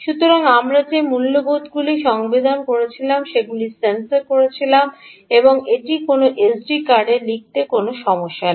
সুতরাং আমরা যে মূল্যবোধগুলি সংবেদন করছিলাম সেগুলি সেন্সর করেছিলাম এবং এটি কোনও এসডি কার্ডে লিখতে কোনও সমস্যা নেই